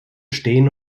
stehen